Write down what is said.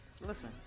Listen